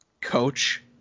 coach